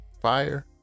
fire